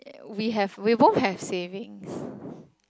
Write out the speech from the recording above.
we have we both have savings